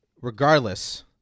Regardless